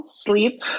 sleep